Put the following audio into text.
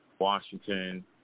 Washington